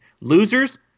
losers